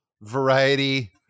variety